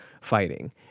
fighting